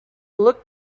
looked